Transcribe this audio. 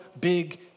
big